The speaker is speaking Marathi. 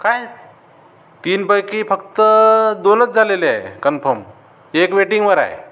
काय तीनपैकी फक्त दोनच झालेले आहे कन्फर्म एक वेटिंगवर आहे